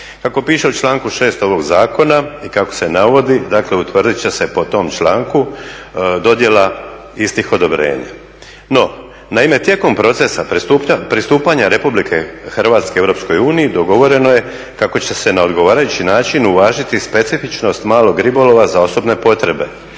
Kako piše u članku 6. ovog zakona i kako se navodi, dakle utvrdit će se po tom članku dodjela istih odobrenja. No, naime tijekom procesa pristupanja RH Europskoj uniji dogovoreno je kako će se na odgovarajući način uvažiti specifičnost malog ribolova za osobne potrebe.